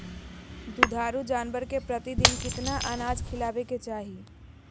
दुधारू जानवर के प्रतिदिन कितना अनाज खिलावे के चाही?